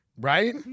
Right